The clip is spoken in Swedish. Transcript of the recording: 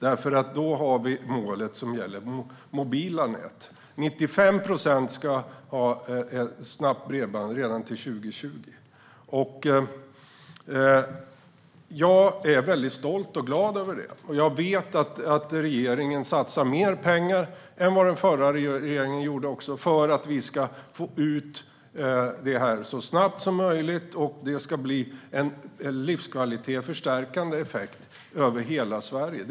Då har vi nämligen målet som gäller mobila nät. 95 procent ska ha ett snabbt bredband redan till 2020. Jag är stolt och glad över detta. Jag vet att regeringen satsar mer pengar än den förra regeringen gjorde för att vi ska få ut detta så snabbt som möjligt och för att det ska ge en livskvalitetsstärkande effekt över hela Sverige.